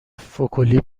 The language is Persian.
فکلی